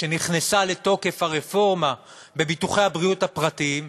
כשנכנסה לתוקף הרפורמה בביטוחי הבריאות הפרטיים,